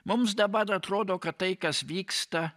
mums dabar atrodo kad tai kas vyksta